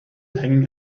hanging